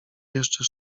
jeszcze